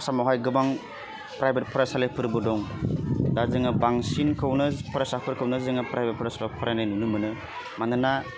आसामावहाय गोबां प्राइभेट फरायसालिफोरबो दं दा जोङो बांसिनखौनो फरायसाफोरखौनो जोङो प्राइभेट फरायसालिफ्राव फरायनाय नुनो मोनो मानोना